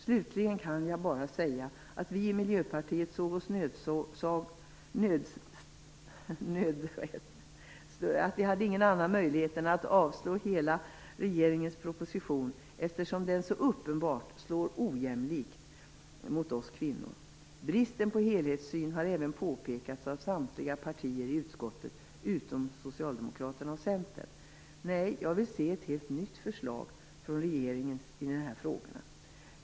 Slutligen kan jag bara säga att vi i Miljöpartiet har sett oss nödsakade att avstyrka hela regeringens proposition, eftersom den så uppenbart slår ojämlikt mot oss kvinnor. Bristen på helhetssyn har påpekats av samtliga partier i utskottet utom Socialdemokraterna och Centern. Nej, jag vill se ett helt nytt förslag från regeringen i de här frågorna.